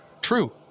true